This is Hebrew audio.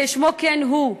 כשמו כן הוא,